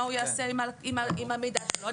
מה הוא יעשה עם המידע שלו?